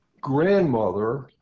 grandmother